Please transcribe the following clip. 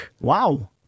wow